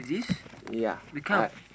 yea I